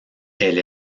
elle